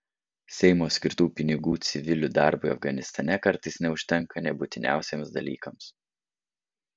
seimo skirtų pinigų civilių darbui afganistane kartais neužtenka nė būtiniausiems dalykams